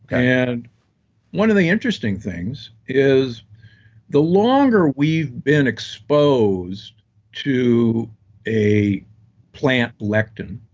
and one of the interesting things is the longer we've been exposed to a plant lectin,